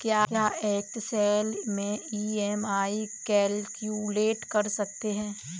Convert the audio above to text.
क्या एक्सेल में EMI calculate कर सकते हैं?